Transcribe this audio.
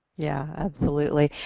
yeah, absolutely.